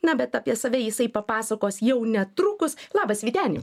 na bet apie save jisai papasakos jau netrukus labas vyteni